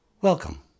Welcome